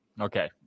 Okay